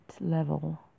level